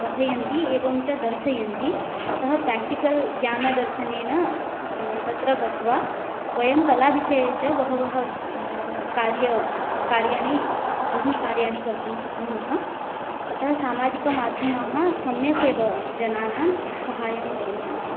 कथयन्ति एवं च दर्शयन्ति अतः प्राक्टिकल् ज्ञानदर्शनेन तत्र गत्वा वयं कलाविषये च बहवः कार्य कार्याणि बहूनि कार्याणि कर्तुं शक्नुमः अतः सामाजिकमाध्यमाः सम्यगेव जनानां साहाय्यं करोति इति